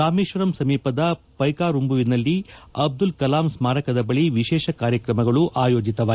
ರಾಮೇಶ್ವರಂ ಸಮೀಪದ ಪೈಕಾರುಂಬುವಿನಲ್ಲಿ ಅಬ್ದುಲ್ ಕಲಾಂ ಸ್ನಾರಕದ ಬಳಿ ವಿಶೇಷ ಕಾರ್ಯಕ್ರಮಗಳು ಆಯೋಜಿತವಾಗಿವೆ